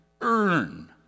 earn